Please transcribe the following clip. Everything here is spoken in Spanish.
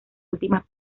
últimas